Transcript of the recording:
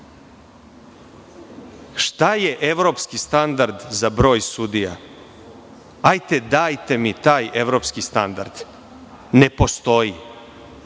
Šta je evropski standard za broj sudija? Dajte mi taj evropski standard. Ne postoji,